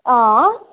आं